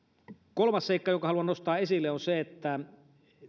kolmas seikka jonka haluan nostaa esille on se että